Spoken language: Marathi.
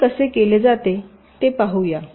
हे कसे केले जाते ते पाहूया